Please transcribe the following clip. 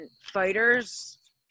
fighters